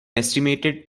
estimated